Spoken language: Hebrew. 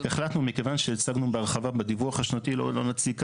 החלטנו מכיוון שהצגנו בהרחבה בדיווח השנתי לא נציג כאן,